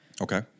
Okay